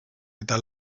eta